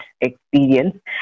experience